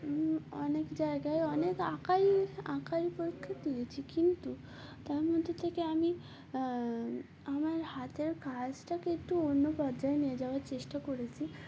অনেক জায়গায় অনেক আঁকাই আঁকারাই পক্ষে দিয়েছি কিন্তু তার মধ্যে থেকে আমি আমার হাতের কাজটাকে একটু অন্য পর্যায়ে নিয়ে যাওয়ার চেষ্টা করেছি